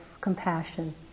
compassion